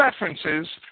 references